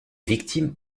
victimes